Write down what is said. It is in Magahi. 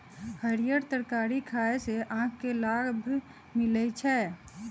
हरीयर तरकारी खाय से आँख के लाभ मिलइ छै